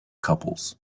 couples